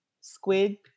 squid